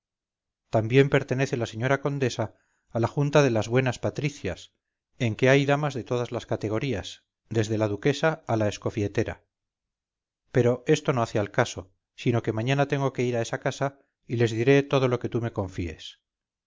también pertenece la señora condesa a la junta de las buenas patricias en que hay damas de todas categorías desde la duquesa a la escofietera pero esto no hace al caso sino que mañana tengo que ir a esa casa y les diré todo lo que tú me confíes